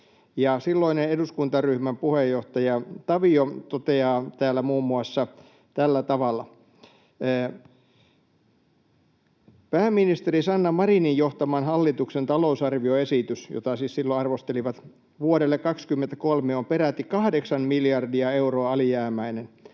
Silloinen eduskuntaryhmän puheenjohtaja Tavio toteaa täällä muun muassa tällä tavalla: ”Pääministeri Sanna Marinin johtaman hallituksen talousarvioesitys” — jota siis silloin arvostelivat — ”vuodelle 2023 on peräti kahdeksan miljardia euroa alijäämäinen.